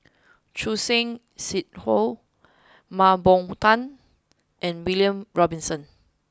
Choor Singh Sidhu Mah Bow Tan and William Robinson